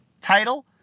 title